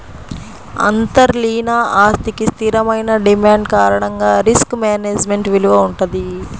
అంతర్లీన ఆస్తికి స్థిరమైన డిమాండ్ కారణంగా రిస్క్ మేనేజ్మెంట్ విలువ వుంటది